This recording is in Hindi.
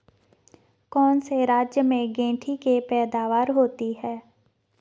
कौन से राज्य में गेंठी की पैदावार होती है?